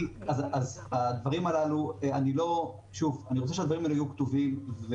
אני רוצה שהדברים האלה יהיו כתובים.